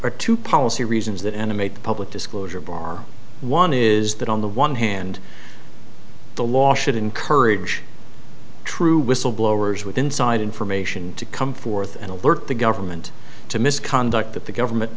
are two policy reasons that animate the public disclosure bar one is that on the one hand the law should encourage true whistleblowers with inside information to come forth and alert the government to misconduct that the government